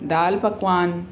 दाल पकवान